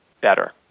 better